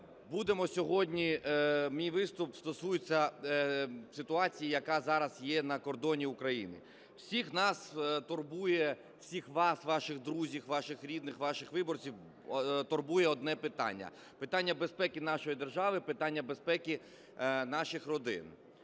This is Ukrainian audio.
Будемо сьогодні… мій виступ стосується ситуації, яка зараз є на кордоні України. Всіх нас турбує, всіх вас, ваших друзів, ваших рідних, ваших виборців турбує одне питання – питання безпеки нашої держави, питання безпеки наших родин.